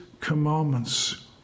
commandments